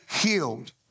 healed